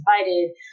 invited